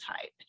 type